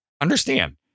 Understand